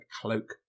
cloak